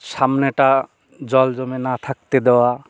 সামনেটা জল জমে না থাকতে দেওয়া